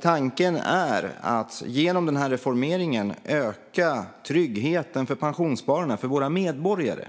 Tanken är att genom reformeringen öka tryggheten för pensionsspararna, våra medborgare.